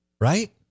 Right